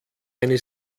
eine